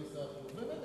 באמת,